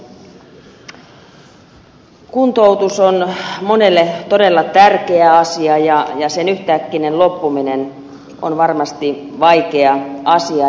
kuntoutus on monelle todella tärkeä asia ja sen yhtäkkinen loppuminen on varmasti vaikea asia